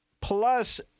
plus